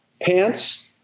pants